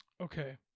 okay